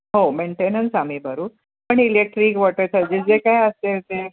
हो मेंटेनन्स आम्ही भरू पण इलेक्ट्रिक वॉटर चार्जीस जे काय असते ते